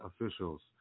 officials